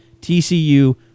TCU